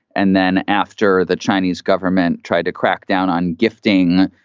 and then after the chinese government tried to crack down on gifting,